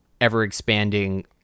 ever-expanding